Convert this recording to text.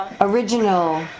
Original